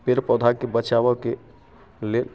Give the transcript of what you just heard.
पेड़ पौधाके बचाबऽके लेल